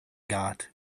got